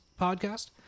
podcast